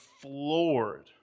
floored